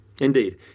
Indeed